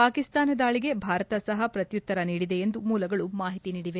ಪಾಕಿಸ್ತಾನ ದಾಳಿಗೆ ಭಾರತ ಸಹ ಪ್ರತ್ನುತ್ತರ ನೀಡಿದೆ ಎಂದು ಮೂಲಗಳು ಮಾಹಿತಿ ನೀಡಿವೆ